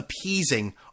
appeasing